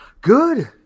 Good